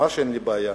ממש אין לי בעיה,